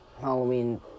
Halloween